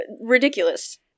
Ridiculous